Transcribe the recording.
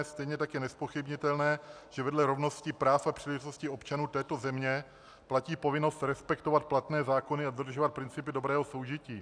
Stejně tak je nezpochybnitelné, že vedle rovnosti práv a příležitostí občanů této země platí povinnost respektovat platné zákony a dodržovat principy dobrého soužití.